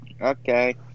Okay